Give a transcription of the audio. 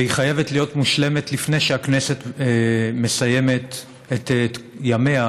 והיא חייבת להיות מושלמת לפני שהכנסת מסיימת את ימיה,